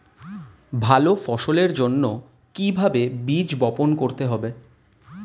ভালো ফসলের জন্য কিভাবে বীজ বপন করতে হবে?